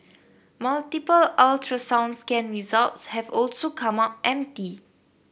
multiple ultrasound scan results have also come up empty